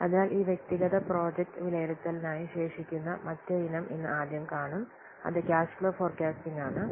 അതിനാൽ ഈ വ്യക്തിഗത പ്രോജക്റ്റ് വിലയിരുത്തലിനായി ശേഷിക്കുന്ന മറ്റ് ഇനം ഇന്ന് ആദ്യം കാണും അത് ക്യാഷ്ഫ്ലോ ഫോര്കാസ്റിംഗ് ആണ്